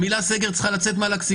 המילה סגר צריכה לצאת מהלקסיקון.